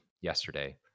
yesterday